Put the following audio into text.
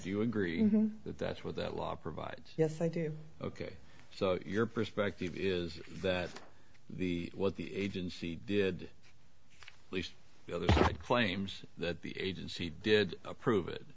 you agree that that's what that law provides yes i do ok so your perspective is that the what the agency did least the claims that the agency did approve it